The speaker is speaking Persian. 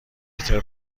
پیتر